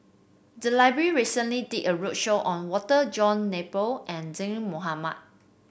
the library recently did a roadshow on Walter John Napier and Zaqy Mohamad